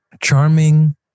charming